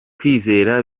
kwizera